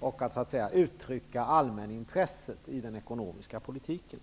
och att uttrycka allmänintresset i den ekonomiska politiken.